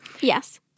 Yes